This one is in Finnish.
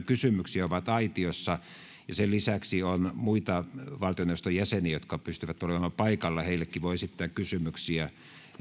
kysymyksiä ovat aitiossa sen lisäksi on muita valtioneuvoston jäseniä jotka pystyvät olemaan paikalla heillekin voi esittää kysymyksiä ja he